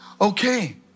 Okay